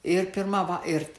ir pirma va ir